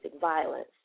Violence